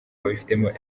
babifitemo